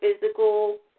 physical